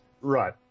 Right